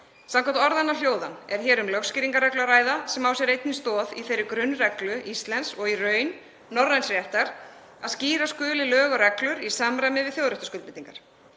Samkvæmt orðanna hljóðan er hér um lögskýringarreglu að ræða, sem á sér einnig stoð í þeirri grunnreglu íslensks réttar, og í raun norræns réttar, að skýra skuli lög og reglur í samræmi við þjóðréttarskuldbindingar.